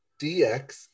DX